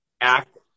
act